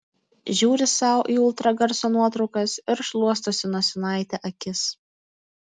žiūri sau į ultragarso nuotraukas ir šluostosi nosinaite akis